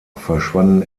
verschwanden